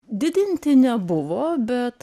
didinti nebuvo bet